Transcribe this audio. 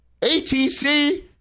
ATC